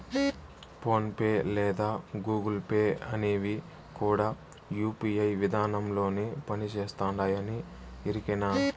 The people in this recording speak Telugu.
ఫోన్ పే లేదా గూగుల్ పే అనేవి కూడా యూ.పీ.ఐ విదానంలోనే పని చేస్తుండాయని ఎరికేనా